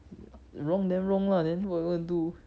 wrong then wrong lah then what you gonna do